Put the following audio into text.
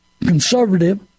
conservative